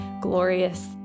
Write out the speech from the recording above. glorious